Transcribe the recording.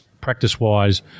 Practice-wise